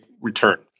return